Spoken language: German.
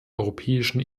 europäischen